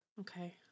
Okay